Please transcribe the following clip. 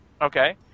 Okay